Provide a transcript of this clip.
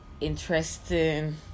interesting